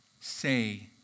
Say